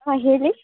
ಹಾಂ ಹೇಳಿ